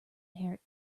inherit